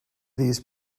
these